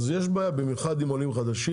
אז יש בעיה, במיוחד עם עולים חדשים.